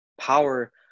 power